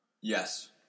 Yes